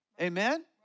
amen